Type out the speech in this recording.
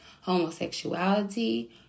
homosexuality